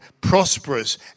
prosperous